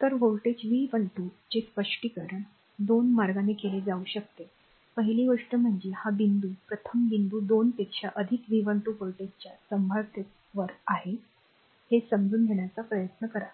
तर voltage V12 चे स्पष्टीकरण 2 मार्गांणे केले जाऊ शकते पहिली गोष्ट म्हणजे हा बिंदू प्रथम बिंदू 2 पेक्षा अधिक V12 व्होल्टच्या संभाव्यतेवर आहे हे समजून घेण्याचा प्रयत्न करा